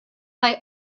kaj